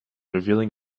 revealing